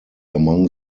among